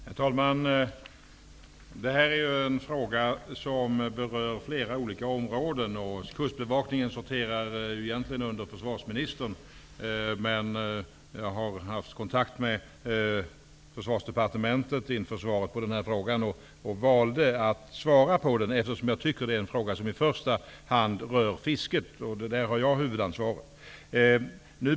Herr talman! Detta är en fråga som berör flera olika områden. Kustbevakningen sorterar egentligen under försvarsministern. Jag har inför besvarandet av denna fråga haft kontakt med Försvarsdepartementet. Jag valde att svara på den, eftersom det är en fråga som i första hand rör fisket, och det har jag huvudansvar för.